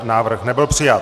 Návrh nebyl přijat.